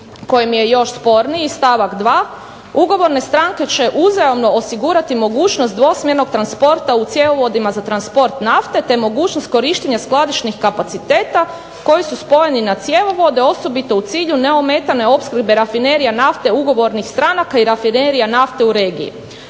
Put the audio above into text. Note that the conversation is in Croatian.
koji mi je još sporniji, stavak 2. – ugovorne stranke će uzajamno osigurati mogućnost dvosmjernog transporta u cjevovodima za transport nafte te mogućnost korištenja skladišnih kapaciteta koji su spojeni na cjevovode osobito u cilju neometane opskrbe rafinerija nafte ugovornih stranaka i rafinerija nafte u regiji.